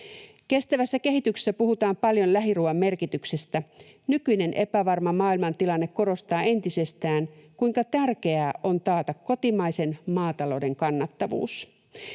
Kestävässä kehityksessä puhutaan paljon lähiruuan merkityksestä. Nykyinen epävarma maailmantilanne korostaa entisestään, kuinka tärkeää on taata kotimaisen maatalouden kannattavuus.